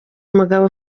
umugabo